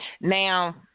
Now